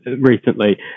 recently